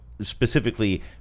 specifically